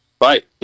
Right